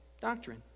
doctrine